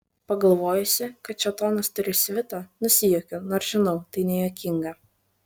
pagalvojusi kad šėtonas turi svitą nusijuokiu nors žinau tai nejuokinga